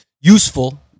useful